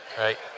right